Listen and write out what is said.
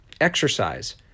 Exercise